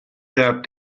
doubt